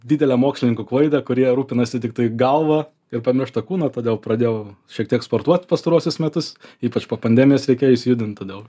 didelę mokslininkų klaidą kurie rūpinasi tiktai galva ir pamiršta kūną todėl pradėjau šiek tiek sportuot pastaruosius metus ypač po pandemijos reikėjo išsijudint todėl